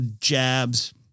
jabs